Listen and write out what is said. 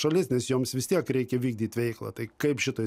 šalis nes joms vis tiek reikia vykdyt veiklą tai kaip šitoj